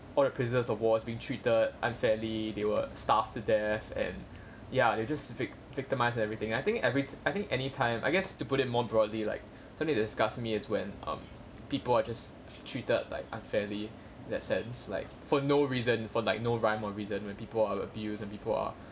all the prisoners of wars being treated unfairly they will starve to death and ya you just vic~ victimise everything I think everyti~ think anytime I guess to put it more broadly like something that disgusts me is when um people are just treated like unfairly that sense like for no reason for like no rhyme or reason when people are abused and people are